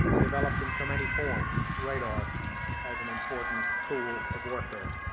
developed in so many forms radar as an important tool of warfare.